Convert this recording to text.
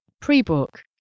pre-book